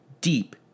deep